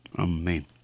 amen